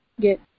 get